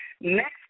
Next